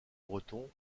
breton